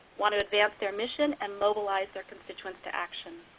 want to advance their mission and mobilize their constituents to action.